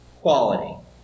quality